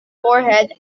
forehead